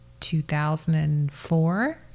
2004